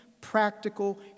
practical